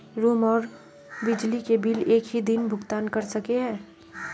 Room आर बिजली के बिल एक हि दिन भुगतान कर सके है?